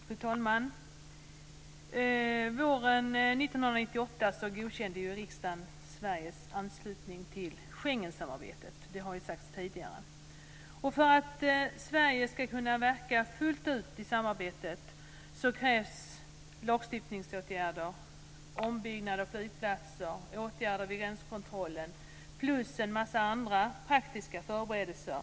Fru talman! Våren 1998 godkände riksdagen, som tidigare sagts, Sveriges anslutning till Schengensamarbetet. För att Sverige ska kunna medverka fullt ut i samarbetet krävs det lagstiftningsåtgärder, ombyggnad av flygplatser, åtgärder vid gränskontroller plus en massa andra praktiska förberedelser.